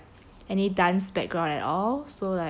any dance background at all so like ya